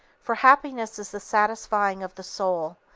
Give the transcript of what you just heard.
for happiness is the satisfying of the soul,